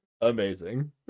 Amazing